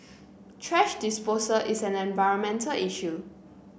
thrash disposal is an environmental issue